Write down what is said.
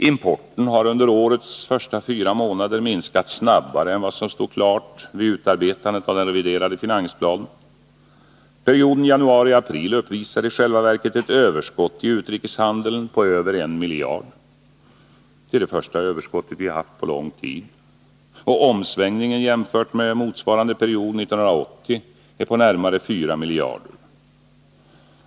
Importen har under årets första fyra månader minskat snabbare än vad som stod klart vid utarbetandet av den reviderade finansplanen. Perioden januari-april uppvisar i själva verket ett överskott i utrikeshandeln på över 1 miljard — det första överskottet vi haft på lång tid. Omsvängningen jämfört med motsvarande period 1980 gäller närmare 4 miljarder.